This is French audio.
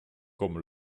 comme